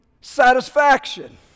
satisfaction